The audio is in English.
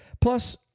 Plus